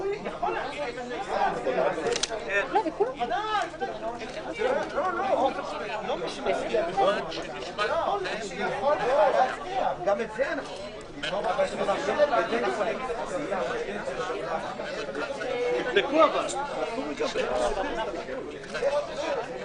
בשעה 16:40.